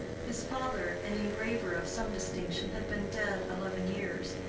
his father, an engraver of some distinction, had been dead eleven years,